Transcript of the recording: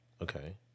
Okay